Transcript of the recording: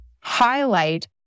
highlight